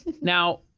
Now